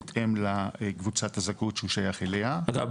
בהתאם לקבוצת הזכאות שהוא שייך אליה --- אגב,